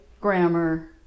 grammar